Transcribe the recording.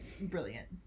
brilliant